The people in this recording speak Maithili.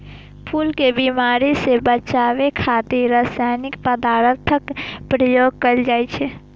फूल कें बीमारी सं बचाबै खातिर रासायनिक पदार्थक प्रयोग कैल जाइ छै